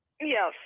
Yes